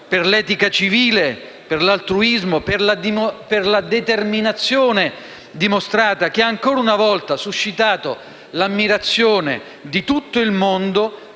per l'etica civile, l'altruismo e la determinazione dimostrati, che ancora una volta ha suscitato l'ammirazione di tutto il mondo,